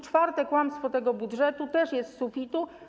Czwarte kłamstwo tego budżetu też jest z sufitu.